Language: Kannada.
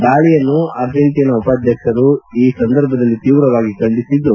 ದಾಳಿಯನ್ನು ಅರ್ಜೈಂಟನಾ ಉಪಾಧ್ಯಕ್ಷರು ಈ ಸಂದರ್ಭದಲ್ಲಿ ತೀವ್ರವಾಗಿ ಖಂಡಿಸಿದ್ದು